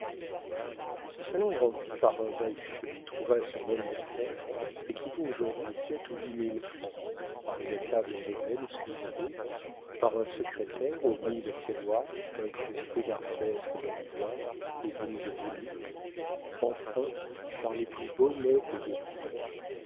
ce salon est rempli par un bahut que lui trouva son homme d'affaires et qui vaut aujourd'hui sept ou huit mille francs par une table en ébène sculpté par un secrétaire aux mille tiroirs incrusté d'arabesques en ivoire et venu de venise enfin par les plus beaux meubles gothiques